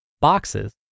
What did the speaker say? boxes